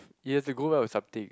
it have to go well with something